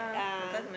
ah